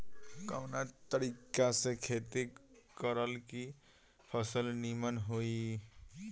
कवना तरीका से खेती करल की फसल नीमन होई?